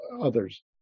others